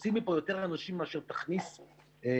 שתוציא מפה יותר אנשים מאשר תכניס לפה,